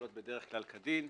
פועלות בדרך כלל כדין,